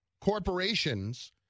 corporations